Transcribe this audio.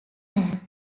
land